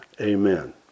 Amen